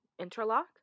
interlock